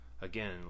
again